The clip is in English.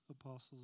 apostles